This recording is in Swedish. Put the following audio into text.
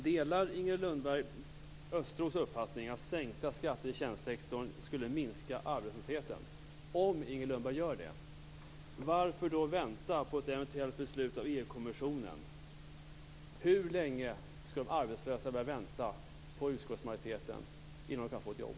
Delar Inger Lundberg Östros uppfattning att sänkta skatter i tjänstesektorn skulle minska arbetslösheten? Om Inger Lundberg gör det, varför skall vi då vänta på ett eventuellt beslut av EU-kommissionen? Hur länge skall de arbetslösa behöva vänta på utskottsmajoriteten innan de kan få ett jobb?